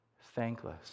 thankless